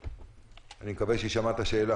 אני מסבירה.